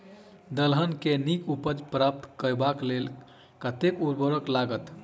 दलहन केँ नीक उपज प्राप्त करबाक लेल कतेक उर्वरक लागत?